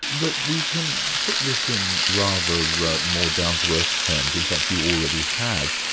but we can put this in rather rather more down-to-earth terms, in fact, you already have.